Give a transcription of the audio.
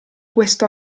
questo